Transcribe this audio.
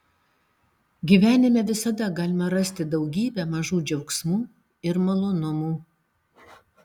gyvenime visada galima rasti daugybę mažų džiaugsmų ir malonumų